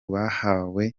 bahawe